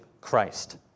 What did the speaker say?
Christ